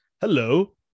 hello